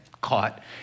caught